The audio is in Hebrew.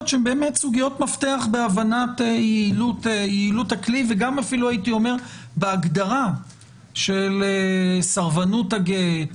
מפתח בהבנת יעילות הכלי וגם אפילו בהגדרה של סרבנות הגט,